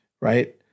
Right